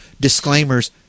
Disclaimers